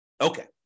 Okay